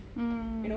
mm